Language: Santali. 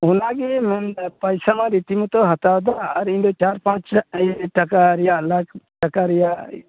ᱦᱚᱞᱟ ᱜᱮᱭ ᱢᱮᱱᱮᱫᱟ ᱯᱚᱭᱥᱟ ᱢᱟ ᱨᱤᱛᱤ ᱢᱚᱛᱚ ᱦᱟᱛᱟᱣ ᱮᱫᱟ ᱤᱧ ᱫᱚ ᱪᱟᱨ ᱯᱟᱸᱪ ᱦᱟᱡᱟᱨ ᱴᱟᱠᱟ ᱨᱮᱭᱟᱜ ᱞᱟᱹᱠ ᱴᱟᱠᱟ ᱨᱮᱭᱟᱜ